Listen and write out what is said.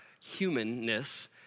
humanness